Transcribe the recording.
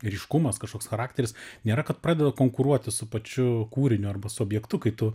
ryškumas kažkoks charakteris nėra kad pradeda konkuruoti su pačiu kūriniu arba su objektu kai tu